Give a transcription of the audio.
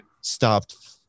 Stopped